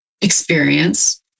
experience